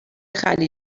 خلیج